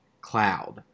cloud